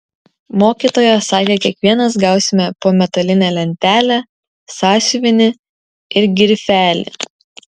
mokytoja sakė kiekvienas gausime po metalinę lentelę sąsiuvinį ir grifelį